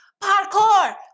parkour